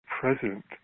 present